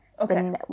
Okay